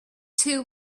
two